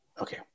Okay